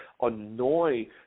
annoy